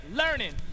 learning